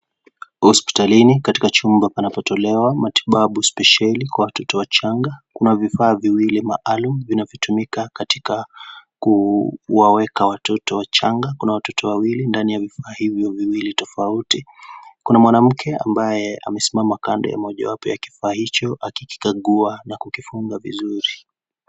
Hospitali panapotolewa matibabu spesheli kwa watoto wachanga. Kuna vifaa mbili maalum vinavyotumika kuwaweka watoto wachanga. Kuna watoto wawili ndani ya vifaa hivyo viwili tofauti. Kuna mwanamke ambaye amesimama kando ya mojawapo ya vifaa ivyo akikagua na kukifunga vizuri.